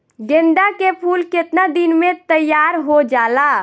गेंदा के फूल केतना दिन में तइयार हो जाला?